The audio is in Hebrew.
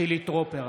חילי טרופר,